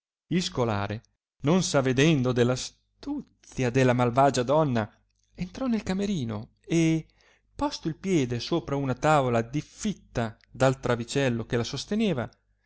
il scolare non s avedendo dell astuzia della malvagia donna entrò nel camerino e posto il piede sopra una tavola diffitta dal travicello che la sosteneva